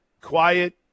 quiet